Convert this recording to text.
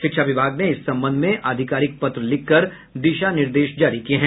शिक्षा विभाग ने इस संबंध में आधिकारिक पत्र लिखाकर दिशा निर्देश जारी किये हैं